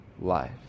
life